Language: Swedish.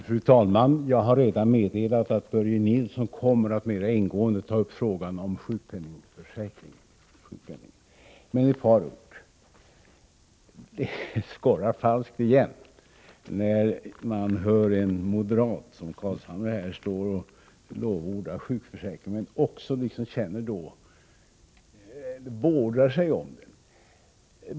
Fru talman! Jag har redan meddelat att Börje Nilsson kommer att mera ingående ta upp frågan om sjukpenningen. Men låt mig säga ett par ord. Det skorrar falskt igen, när man hör en moderat som Carlshamre stå och lovorda sjukförsäkringen, och när han liksom känner det så att han vårdar sig om den.